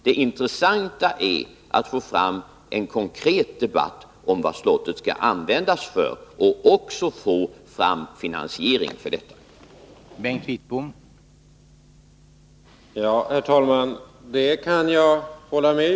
Det intressanta är att få fram en konkret debatt om vad slottet skall användas till och även att få till stånd en finansiering av den användningen.